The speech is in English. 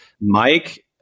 Mike